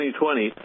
2020